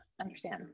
understand